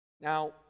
Now